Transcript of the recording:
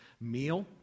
meal